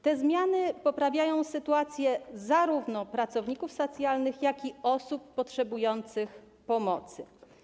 Te zmiany poprawiają sytuację zarówno pracowników socjalnych, jak i osób potrzebujących pomocy.